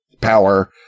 power